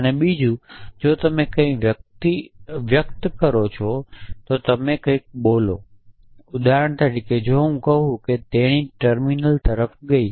અને બીજું જો તમે કંઈક વ્યક્ત કરો છો જો તમે કંઈક બોલો ઉદાહરણ તરીકે જો હું કહું કે તેણી ટર્મિનલ તરફ ગઈ છે